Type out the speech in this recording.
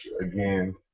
again